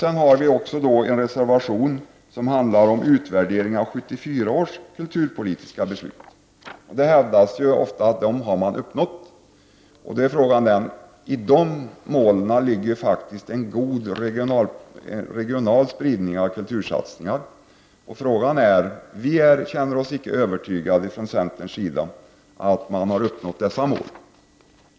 Vi har även en reservation som handlar om utvärderingen av 1974 års kulturpolitiska beslut. Det hävdas ofta att man har uppnått dem. I de målen ligger faktiskt en god regional spridning av kultursatsningar. Då är frågan om man verkligen har uppnått dessa mål. Från centerns sida känner vi oss inte övertygade.